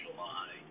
July